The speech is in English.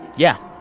yeah,